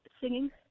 singing